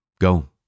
Go